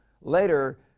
Later